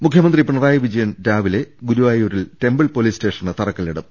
മുഖ്യമന്ത്രി പിണറായി വിജയൻ രാവിലെ ഗുരുവായൂരിൽ ടെമ്പിൾ പോലീസ് സ്റ്റേഷന് തറക്കല്ലിടും